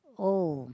oh